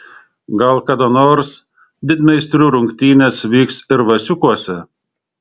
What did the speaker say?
gal kada nors didmeistrių rungtynės vyks ir vasiukuose